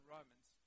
Romans